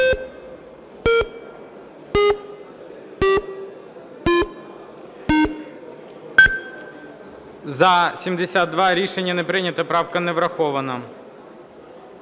За-72 Рішення не прийнято, правка не врахована.